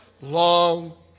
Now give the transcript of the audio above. long